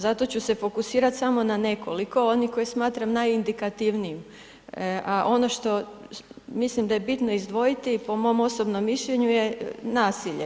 Zato ću se fokusirati samo na nekoliko, onih koje smatram najindikativnijim, a ono što mislim da je bitno izdvojiti, po mom osobnom mišljenju je nasilje.